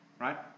right